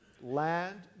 land